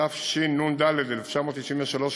התשנ"ד 1993,